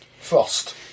Frost